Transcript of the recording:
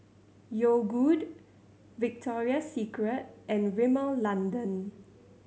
Yogood Victoria Secret and Rimmel London